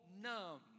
numb